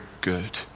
good